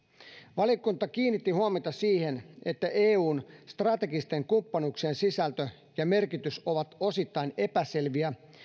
valiokunta kiinnitti huomiota siihen että eun strategisten kumppanuuksien sisältö ja merkitys ovat osittain epäselviä